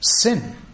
sin